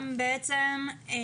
אומר.